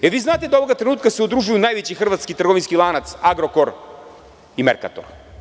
Da li vi znate da se ovog trenutka udružuju najveći hrvatski trgovinski lanac „Agrokor“ i „Merkator“